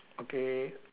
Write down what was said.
okay